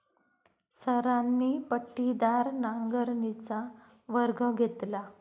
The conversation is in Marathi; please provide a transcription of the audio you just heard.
सरांनी पट्टीदार नांगरणीचा वर्ग घेतला